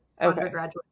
undergraduate